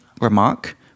remark